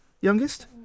youngest